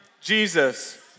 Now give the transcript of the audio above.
Jesus